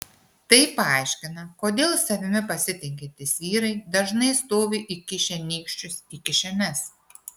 tai paaiškina kodėl savimi pasitikintys vyrai dažnai stovi įkišę nykščius į kišenes